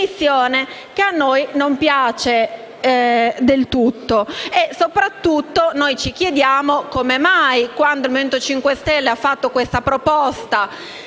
che a noi non piace del tutto. Soprattutto ci chiediamo come mai, quando il Movimento 5 Stelle ha avanzato questa proposta,